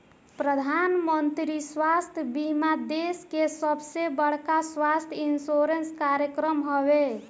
प्रधानमंत्री स्वास्थ्य बीमा देश के सबसे बड़का स्वास्थ्य इंश्योरेंस कार्यक्रम हवे